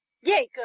Yay